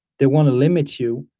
they want to limit you